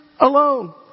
alone